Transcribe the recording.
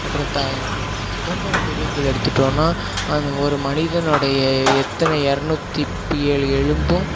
அப்றம் சிதம்பரம் பெரிய கோவில் எடுத்துகிட்டோன்னா அங்கே ஒரு மனிதனுடைய எத்தனை இரநுத்தி ஏழு எலும்பும்